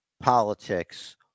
politics